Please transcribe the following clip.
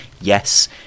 Yes